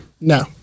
No